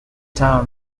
town